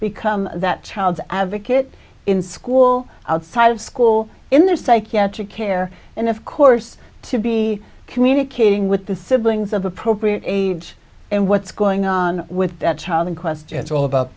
become that child's advocate in school outside of school in their psychiatric care and of course to be communicating with the siblings of appropriate age and what's going on with that child in question it's all about